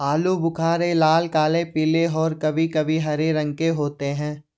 आलू बुख़ारे लाल, काले, पीले और कभी कभी हरे रंग के होते हैं